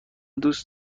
دوست